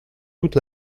toute